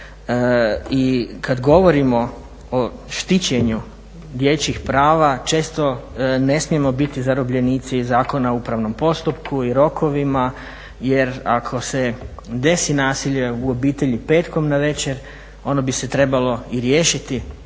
i kad govorimo o štićenju dječjih prava često ne smijemo biti zarobljenici Zakona o upravnom postupku i rokovima jer ako se desi nasilje u obitelji petkom navečer, ono bi se trebalo i riješiti